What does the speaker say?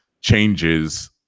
changes